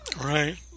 Right